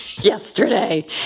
yesterday